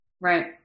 Right